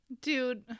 Dude